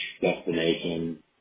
destination